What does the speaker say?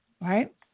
right